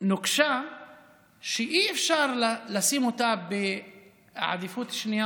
נוקשה שאי-אפשר לשים אותה בעדיפות שנייה